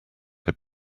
had